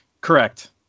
Correct